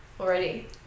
Already